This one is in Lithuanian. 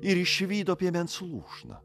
ir išvydo piemens lūšną